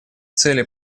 цели